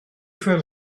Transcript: fell